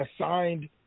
assigned